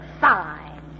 Fine